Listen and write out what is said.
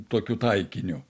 tokiu taikiniu